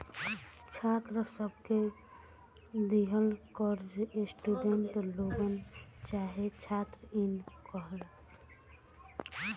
छात्र सब के दिहल कर्जा स्टूडेंट लोन चाहे छात्र इन कहाला